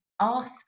ask